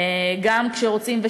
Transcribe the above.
גם כשרוצים.